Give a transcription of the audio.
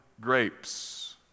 grapes